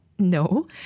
no